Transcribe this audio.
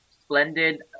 splendid